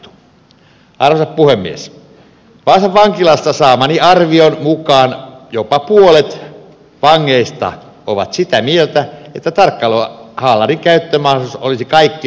vaasan vankilasta saamani arvion mukaan jopa puolet vangeista on sitä mieltä että tarkkailuhaalarin käyttömahdollisuus olisi kaikkien osapuolten etu